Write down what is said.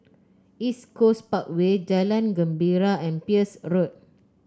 East Coast Parkway Jalan Gembira and Peirce Road